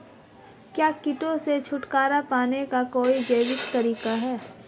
क्या कीटों से छुटकारा पाने का कोई जैविक तरीका है?